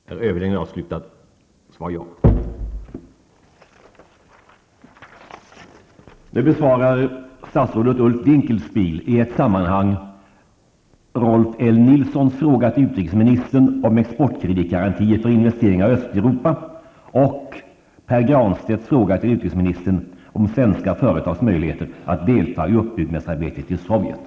Det hävdas från industrihåll att svenska företag riskerar att halka efter i konkurrensen på de nya marknaderna i östra Europa. Dessa stater har nu stora behov av industriella investeringar och där kan svenska företag göra betydande insatser. Problemet är att den svenska staten inte ger några exportkreditgarantier. Avser näringsministern att ta några initiativ för att ge exportkreditgarantier för investeringar i Östeuropa?